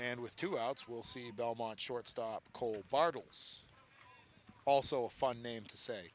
and with two outs we'll see belmont shortstop cole bartels also fun name to say